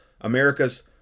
America's